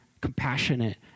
compassionate